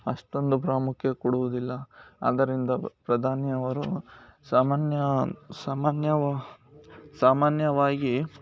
ಅಷ್ಟೊಂದು ಪ್ರಾಮುಖ್ಯ ಕೊಡುವುದಿಲ್ಲ ಆದ್ದರಿಂದ ಪ್ರಧಾನಿಯವರು ಸಾಮಾನ್ಯ ಸಾಮಾನ್ಯ ಸಾಮಾನ್ಯವಾಗಿ